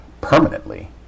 permanently